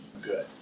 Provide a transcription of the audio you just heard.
good